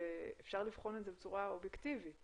שאפשר לבחון את זה בצורה אובייקטיבית